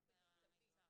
אקלים חינוכי מיטבי,